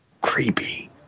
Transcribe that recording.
Creepy